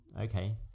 okay